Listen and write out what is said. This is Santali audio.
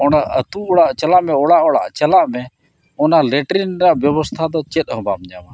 ᱚᱱᱟ ᱟᱛᱳ ᱚᱲᱟᱜ ᱪᱟᱞᱟᱜ ᱢᱮ ᱚᱲᱟᱜᱼᱚᱲᱟᱜ ᱪᱟᱞᱟᱜ ᱢᱮ ᱚᱱᱟ ᱨᱮᱱᱟᱜ ᱵᱮᱵᱚᱥᱛᱷᱟ ᱫᱚ ᱪᱮᱫᱦᱚᱸ ᱵᱟᱢ ᱧᱟᱢᱟ